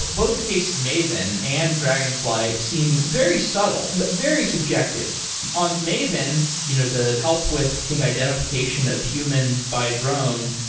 both the cases maven and dragonfly seem very subtle, very subjective on maven, you know the help with i think identification of humans by drone,